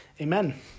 amen